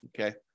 Okay